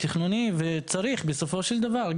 תכנוני וצריך בסופו של דבר,